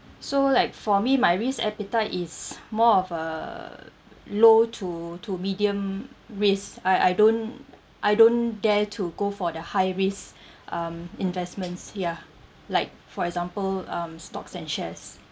so like for me my risk appetite is more of a low to to medium risk I I don't I don't dare to go for the high risk um investments ya like for example um stocks and shares